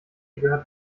gehört